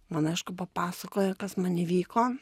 man aišku papasakojo kas man įvyko